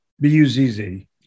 B-U-Z-Z